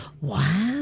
Wow